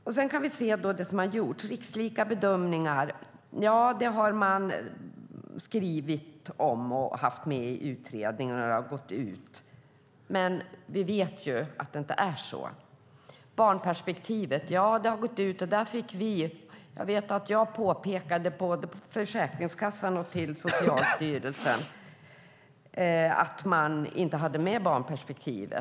Om vi ser på det som har gjorts, till exempel om rikslika bedömningar, har man skrivit om det och haft med det i utredningen, och det har gått ut. Men vi vet ju att det inte är så. Barnperspektivet har också gått ut, och jag vet att jag påpekade både för Försäkringskassan och för Socialstyrelsen att man inte hade med barnperspektivet.